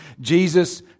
Jesus